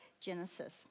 Genesis